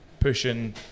Pushing